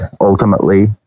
ultimately